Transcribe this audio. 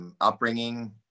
upbringing